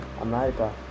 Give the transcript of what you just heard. America